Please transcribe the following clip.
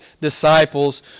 disciples